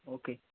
okay